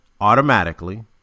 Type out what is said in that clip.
automatically